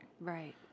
right